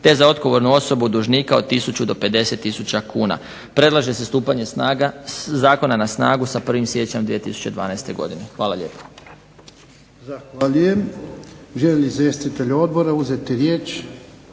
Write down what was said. te za odgovornu osobu dužnika od 1000 do 50 tisuća kuna. Predlaže se stupanje zakona na snagu sa 1. siječnja 2012. godine. Hvala lijepo.